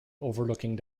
overlooking